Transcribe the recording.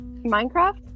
Minecraft